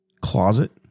closet